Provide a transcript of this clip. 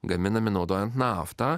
gaminami naudojant naftą